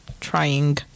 trying